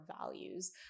values